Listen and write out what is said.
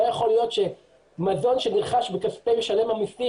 לא יכול להיות מזון שנרכש בכספי משלם המסים,